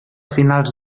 finals